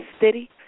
city